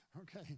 okay